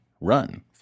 Run